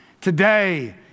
Today